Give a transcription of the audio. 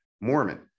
Mormon